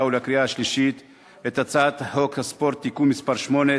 ולקריאה שלישית את הצעת חוק הספורט (תיקון מס' 8),